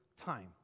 time